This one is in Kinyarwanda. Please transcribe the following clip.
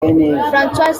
françois